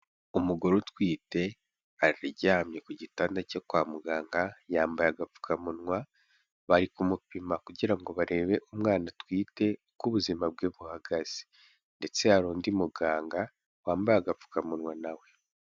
Umugore utwite aryamye ku gitanda cyo kwa muganga yambaye agapfukamunwa, bari kumupima kugira ngo barebe umwana atwite uko ubuzima bwe buhagaze ndetse hari undi muganga wambaye agapfukamunwa na we.